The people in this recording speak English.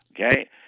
Okay